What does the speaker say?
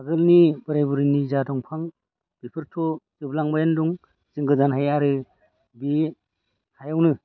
आगोलनि बोराय बुरैनि जा दंफां बेफोरथ' जोबलांबायानो दं जों गोदानहाय आरो बे हायावनो